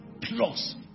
plus